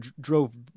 drove